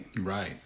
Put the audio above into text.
Right